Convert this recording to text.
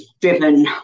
driven